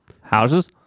Houses